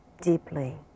deeply